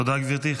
תודה, גברתי.